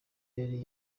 yari